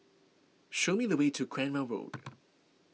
show me the way to Cranwell Road